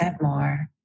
more